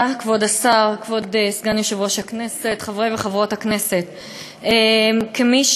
שלב, ובכל פעם שהוא נכנס בחזרה המצב שלו נהיה